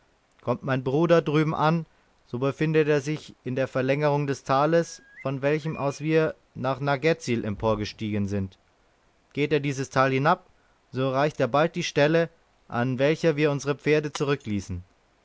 kommt mein bruder drüben an so befindet er sich in der verlängerung des tales von welchem aus wir nach dem nugget tsil emporgestiegen sind geht er dieses tal hinab so erreicht er bald die stelle an welcher wir unsere pferde zurückließen